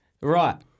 right